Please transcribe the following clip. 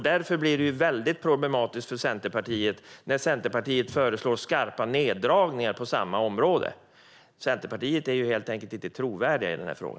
Det blir därför väldigt problematiskt för Centerpartiet när man föreslår skarpa neddragningar på samma område. Centerpartiet är helt enkelt inte trovärdigt i denna fråga.